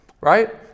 right